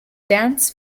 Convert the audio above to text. dance